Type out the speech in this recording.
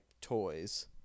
toys